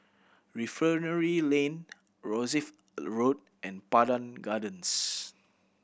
Refinery Lane Rosyth Road and Pandan Gardens